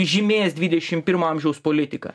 žymės dvidešim pirmo amžiaus politiką